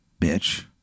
Bitch